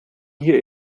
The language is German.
hier